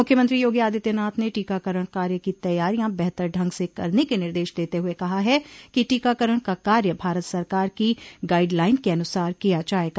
मुख्यमंत्री योगी आदित्यनाथ ने टीकाकरण कार्य की तैयारियां बेहतर ढंग से करने के निर्देश देते हुए कहा है कि टीकाकरण का कार्य भारत सरकार की गाइड लाइन के अन्सार किया जायेगा